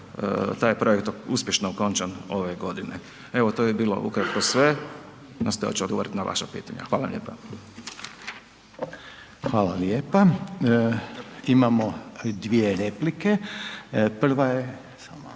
je projekt uspješno okončan ove godine. Evo to bi bilo ukratko sve, nastojat ću odgovoriti na vaša pitanja. Hvala lijepa. **Reiner, Željko (HDZ)** Hvala lijepa. Imamo dvije replike, prva je